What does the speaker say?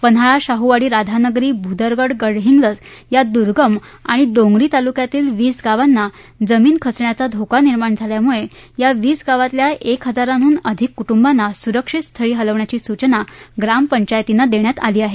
पन्हाळा शाहूवाडी राधानगरी भुदरगड गडिंस्लज या दुर्गम आणि डोंगरी तालुक्यातील वीस गावांना जमीन खचण्याचा धोका निर्माण झाल्यामुळे या वीस गावातल्या एक हजाराहून अधिक कुटुंबांना सुरक्षित स्थळी हलवण्याची सूचना ग्रामपंचायतींना देण्यात आली आहे